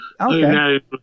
Okay